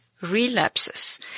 relapses